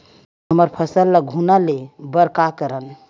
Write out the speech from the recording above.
हमर फसल ल घुना ले बर का करन?